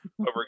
Over